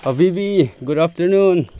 ꯍꯥꯕꯤꯕꯤ good afternoon